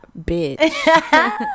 bitch